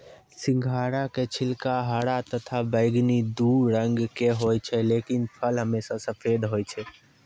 सिंघाड़ा के छिलका हरा तथा बैगनी दू रंग के होय छै लेकिन फल हमेशा सफेद होय छै